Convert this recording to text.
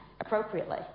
appropriately